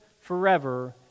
forever